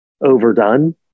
overdone